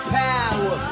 power